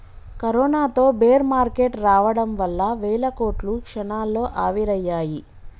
కరోనాతో bear market రావడం వల్ల వేల కోట్లు క్షణాల్లో ఆవిరయ్యాయి